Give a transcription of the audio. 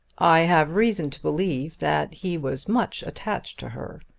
i have reason to believe that he was much attached to her.